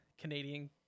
Canadian